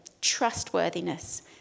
trustworthiness